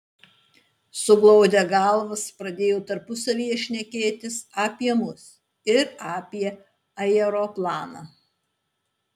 suglaudę galvas pradėjo tarpusavyje šnekėtis apie mus ir apie aeroplaną